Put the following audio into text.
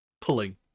Pulling